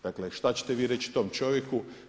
Dakle, što ćete vi reći tom čovjeku?